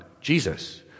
Jesus